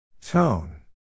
Tone